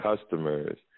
customers